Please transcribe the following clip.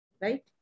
Right